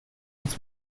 its